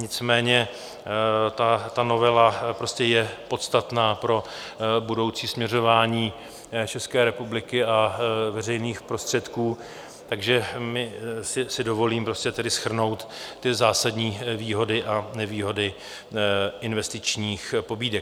Nicméně ta novela prostě je podstatná pro budoucí směřování České republiky a veřejných prostředků, takže si dovolím tedy shrnout zásadní výhody a nevýhody investičních pobídek.